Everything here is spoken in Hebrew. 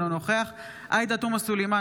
אינו נוכח עאידה תומא סלימאן,